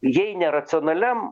jei ne racionaliam